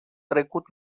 trecut